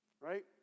right